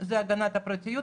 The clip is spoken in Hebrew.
זה הגנת הפרטיות,